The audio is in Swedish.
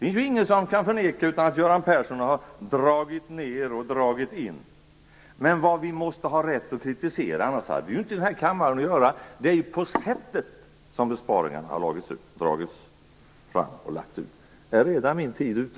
Det är ingen som kan förneka att Göran Persson har dragit ned och dragit in. Men vad vi måste ha rätt att kritisera, annars har vi inte i den här kammaren att göra, är sättet som besparingarna har gjorts på.